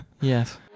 yes